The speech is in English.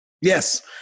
Yes